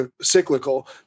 cyclical